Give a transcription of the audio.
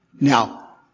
Now